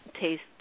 taste